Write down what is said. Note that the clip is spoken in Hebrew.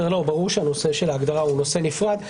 ברור שהנושא של ההגדרה הוא נושא נפרד.